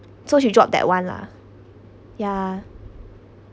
so she dropped that one lah ya